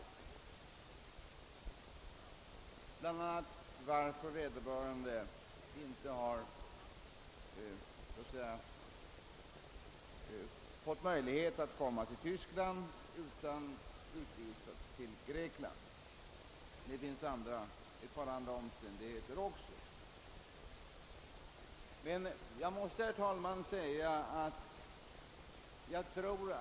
Ett av dem har gällt varför vederbörande inte gavs möjlighet att komma till Tyskland utan utvisades till Grekland. Det finns även ett par andra egendomliga omständigheter.